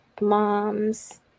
mom's